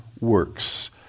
works